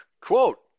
Quote